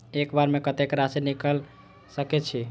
एक बार में कतेक राशि निकाल सकेछी?